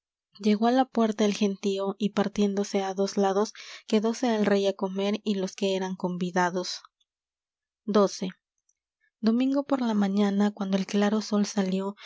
llegó á la puerta el gentío y partiéndose á dos lados quedóse el rey á comer y los que eran convidados xii domingo por la mañana cuando el claro sol salió